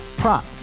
prop